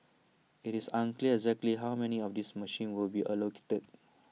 IT is unclear exactly how many of this machines will be allocated